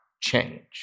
change